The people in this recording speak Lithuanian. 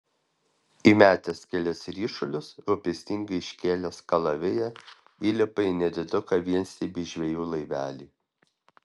įmetęs kelis ryšulius rūpestingai iškėlęs kalaviją įlipa į nediduką vienstiebį žvejų laivelį